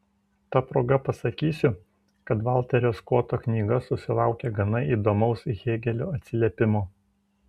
ta proga pasakysiu kad valterio skoto knyga susilaukė gana įdomaus hėgelio atsiliepimo